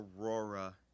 Aurora